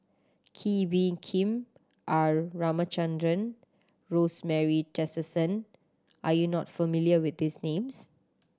Kee Bee Khim R Ramachandran Rosemary Tessensohn are you not familiar with these names